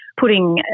putting